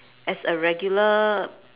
as a regular